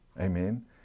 Amen